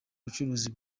bucuruzi